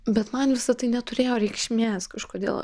bet man visa tai neturėjo reikšmės kažkodėl